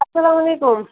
اسلام علیکُم